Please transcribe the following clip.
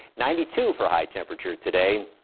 ninety two for high temperature today.